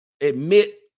admit